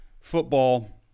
Football